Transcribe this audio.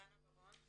דנה בר-און.